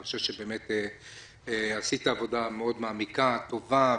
אני חושב שעשית עבודה מאוד מעמיקה וטובה.